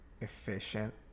efficient